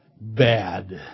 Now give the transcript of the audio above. bad